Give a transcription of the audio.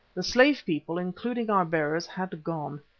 the slave people, including our bearers, had gone,